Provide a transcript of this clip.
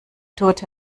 tourte